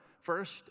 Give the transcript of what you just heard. first